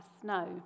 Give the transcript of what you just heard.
snow